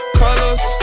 colors